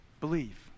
believe